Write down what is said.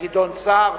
גדעון סער.